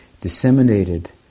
disseminated